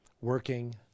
working